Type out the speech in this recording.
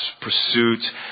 pursuit